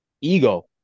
ego